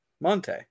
Monte